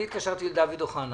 אני התקשרתי לדוד אוחנה